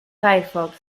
firefox